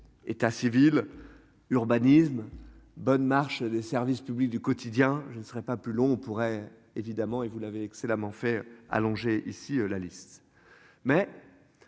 État civil. Urbanisme bonne marche des services publics du quotidien. Je ne serai pas plus long, on pourrait évidemment et vous l'avez excellemment faire allonger ici la liste